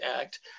act